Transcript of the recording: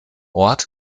ort